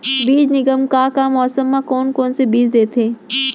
बीज निगम का का मौसम मा, कौन कौन से बीज देथे?